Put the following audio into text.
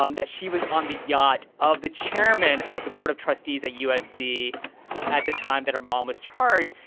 um that she was on the yacht of the chairman of the board of trustees at usc at the time that her mom was charged.